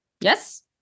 Yes